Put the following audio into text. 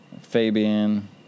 Fabian